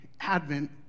Advent